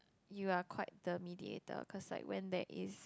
you are quite the mediator cause like when there is